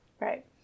Right